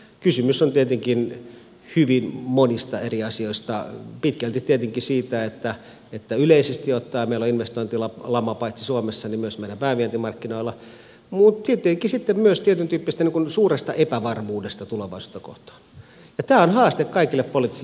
kysymys on tietenkin hyvin monista eri asioista pitkälti tietenkin siitä että yleisesti ottaen meillä on investointilama paitsi suomessa myös meidän päävientimarkkinoilla mutta tietenkin sitten myös tietyntyyppisestä suuresta epävarmuudesta tulevaisuutta kohtaan ja tämä on haaste kaikille poliittisille päätöksentekijöille